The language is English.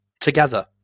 together